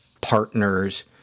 partners